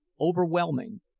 overwhelming